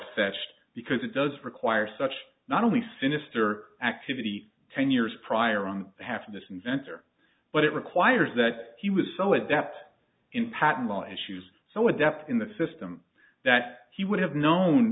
fetched because it does require such not only sinister activity ten years prior wrong half of this inventor but it requires that he was so adept in patent law issues so adept in the system that he would have known